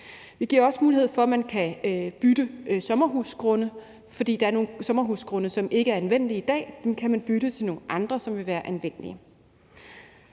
Vi giver også mulighed for, at man kan bytte sommerhusgrunde, for der er nogle sommerhusgrunde, som ikke er anvendelige i dag, og dem kan man så bytte til nogle andre, som vil være anvendelige.